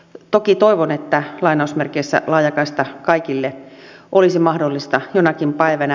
toki toivon että laajakaista kaikille olisi mahdollista jonakin päivänä